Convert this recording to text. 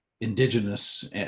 indigenous